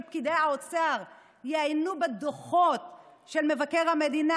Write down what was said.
פקידי האוצר יעיינו בדוחות של מבקר המדינה,